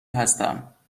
هستم